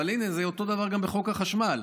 אבל הינה, זה אותו דבר גם בחוק החשמל.